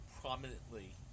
prominently